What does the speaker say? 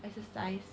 exercise